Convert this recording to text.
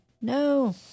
No